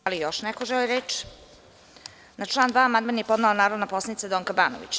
Da li još neko želi reč? (Ne.) Na član 2. amandman je podnela narodna poslanica Donka Banović.